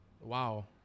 Wow